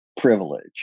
privilege